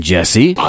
Jesse